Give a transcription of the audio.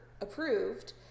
approved